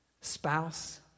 spouse